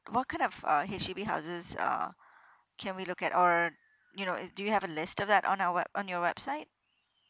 what kind of uh H_D_B houses uh can we look at or you know is do you have a list of that on our web~ on your website